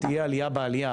תהיה עלייה בעלייה,